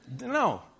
No